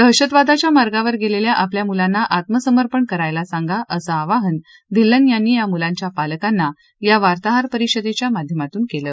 दहशतवादाच्या मार्गावर गेलेल्या आपल्या मुलांना आत्मसंमर्पण करायला सांगा असं आवाहन धिल्लन यांनी या मुलांच्या पालकांना या वार्ताहर परिषदेच्या माध्यमातून केलं